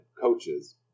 coaches